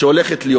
שהולכת להיות.